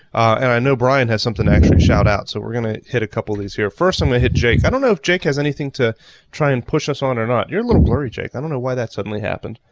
and i know brian has something actually to shout-out, so we're gonna hit a couple of these here. first i'm gonna hit jake. i don't know if jake has anything to try and push us on or not. you're a little blurry jake, i don't know why that suddenly happened.